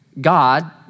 God